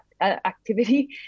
activity